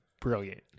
brilliant